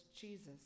Jesus